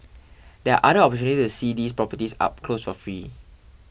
there're other opportunities to see these properties up close for free